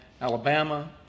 Alabama